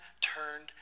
turned